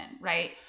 right